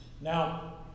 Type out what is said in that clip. Now